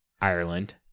Ireland